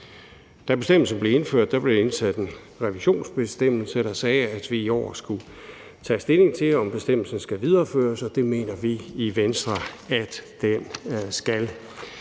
Da bestemmelsen blev indført, blev der indsat en revisionsbestemmelse, der sagde, at vi i år skal tage stilling til, om bestemmelsen skal videreføres. Det mener vi i Venstre at den skal.